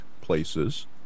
places